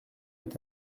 est